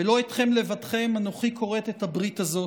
ולא אתכם לבדכם אנכי כרת את הברית הזאת,